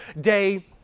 day